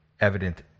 evident